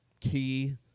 key